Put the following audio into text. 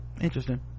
interesting